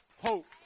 hope